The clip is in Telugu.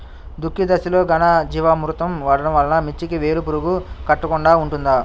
దుక్కి దశలో ఘనజీవామృతం వాడటం వలన మిర్చికి వేలు పురుగు కొట్టకుండా ఉంటుంది?